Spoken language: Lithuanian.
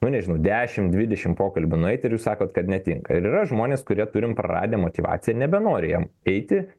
nu nežinau dešim dvidešim pokalbių nueit ir jūs sakot kad netinka ir yra žmonės kurie turim praradę motyvaciją nebenori jiem eiti